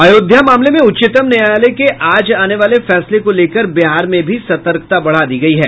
अयोध्या मामले में उच्चतम न्यायालय के आज आने वाले फैंसले को लेकर बिहार में भी सतर्कता बढ़ा दी गई है